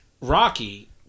Rocky